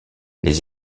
les